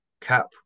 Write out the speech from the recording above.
cap